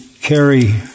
carry